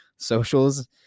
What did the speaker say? socials